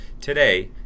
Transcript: today